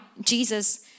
jesus